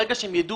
ברגע שהם ידעו,